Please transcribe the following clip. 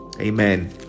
Amen